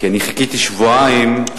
כי חיכיתי שבועיים.